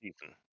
season